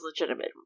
legitimate